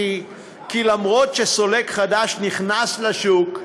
כי למרות העובדה שסולק חדש נכנס לשוק,